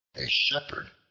a shepherd,